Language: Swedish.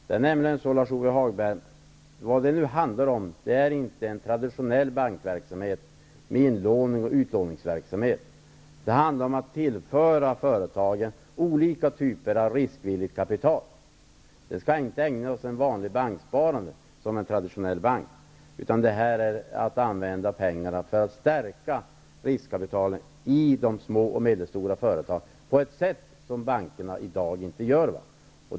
Det här handlar inte om en traditionell bankverksamhet med inlånings och utlåningsverksamhet. Det handlar om att tillföra företagen olika typer av riskvilligt kapital. Det är inte fråga om vanligt banksparande i en traditionell bank. Här är det fråga om att använda pengarna för att stärka riskkapitalet i de små och medelstora företagen på ett sätt som bankerna i dag inte gör.